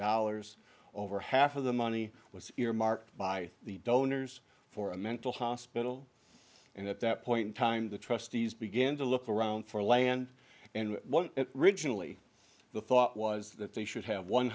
dollars over half of the money was earmarked by the donors for a mental hospital and at that point in time the trustees began to look around for land and regionally the thought was that they should have one